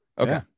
Okay